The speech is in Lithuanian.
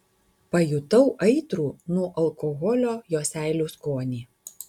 pajutau aitrų nuo alkoholio jo seilių skonį